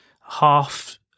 half